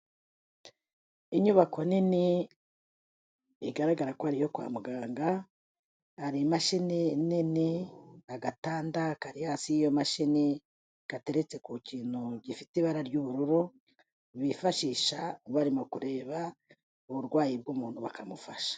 Inyubako nini igaragara ko ariyo kwa muganga, hari imashini nini, agatanda kari hasi yiyo mashini gateretse ku kintu gifite ibara ry'ubururu, bifashisha barimo kureba uburwayi bw'umuntu bakamufasha.